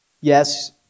Yes